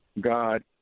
God